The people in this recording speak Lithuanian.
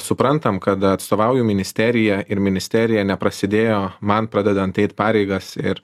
suprantam kad atstovauju ministeriją ir ministerija neprasidėjo man pradedant eit pareigas ir